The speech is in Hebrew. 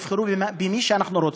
תבחרו במי שאנחנו רוצים.